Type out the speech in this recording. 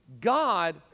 God